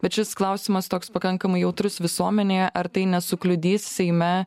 bet šis klausimas toks pakankamai jautrus visuomenėje ar tai nesukliudys seime